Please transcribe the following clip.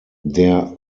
der